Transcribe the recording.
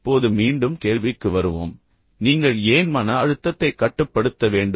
இப்போது மீண்டும் கேள்விக்கு வருவோம் நீங்கள் ஏன் மன அழுத்தத்தை கட்டுப்படுத்த வேண்டும்